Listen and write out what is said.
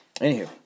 Anywho